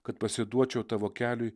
kad pasiduočiau tavo keliui